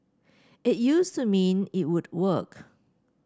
it used to mean it would work